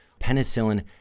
Penicillin